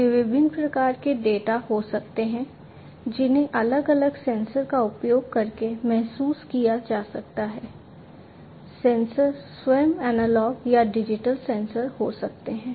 ये विभिन्न प्रकार के डेटा हो सकते हैं जिन्हें अलग अलग सेंसर का उपयोग करके महसूस किया जा सकता है सेंसर स्वयं एनालॉग या डिजिटल सेंसर हो सकते हैं